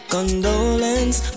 Condolence